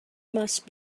must